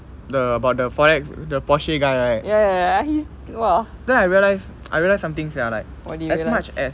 the about the forex the porsche guy right then I realise I realise something sia like as much as